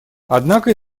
однако